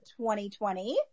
2020